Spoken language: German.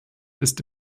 ist